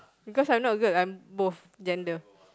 because I'm not good I'm both gender